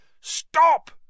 Stop